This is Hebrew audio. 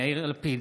יאיר לפיד.